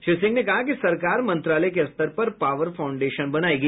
श्री सिंह ने कहा कि सरकार मंत्रालय के स्तर पर पावर फांउडेशन बनायेगी